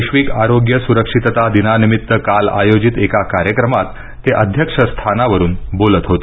वैश्विक आरोग्य सुरक्षितता दिनानिमित्त काल आयोजित एका कार्यक्रमात ते अध्यक्ष स्थानावरुन बोलत होते